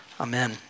Amen